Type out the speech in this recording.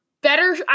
better